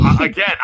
Again